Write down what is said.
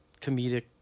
comedic